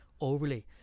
overly